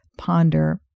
ponder